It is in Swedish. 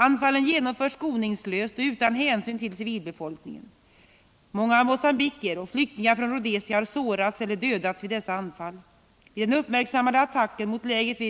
Anfallen genomförs skoningslöst och utan hänsyn till civilbefolkningen. Många mosambiker och flyktingar från Rhodesia har sårats eller dödats vid dessa anfall. Vid den uppmärksammade attacken mot lägret